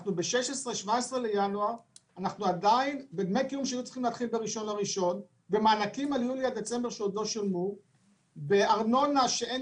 אנחנו באמצע ינואר ולא קיבלנו את דמי הקיום שהיו צריכים